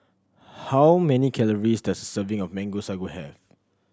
how many calories does serving of Mango Sago have